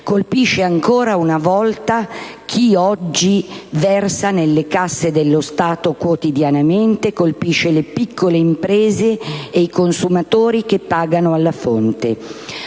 colpisce, ancora una volta, chi oggi versa nelle casse dello Stato quotidianamente, cioè le piccole imprese e i consumatori che pagano alla fonte.